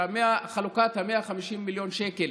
חלוקת ה-150 מיליון שקל,